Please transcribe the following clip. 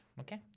Okay